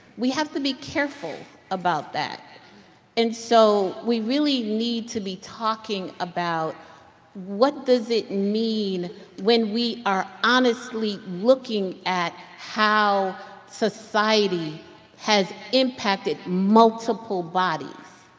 we have to be careful about that that. and so we really need to be talking about what does it mean when we are honestly looking at how society has impacted multiple bodies.